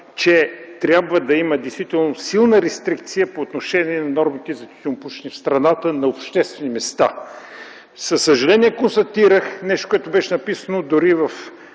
че трябва да има действително силна рестрикция по отношение на нормите за тютюнопушене на обществени места в страната. Със съжаление констатирах нещо, което беше написано дори